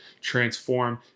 transform